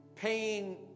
Paying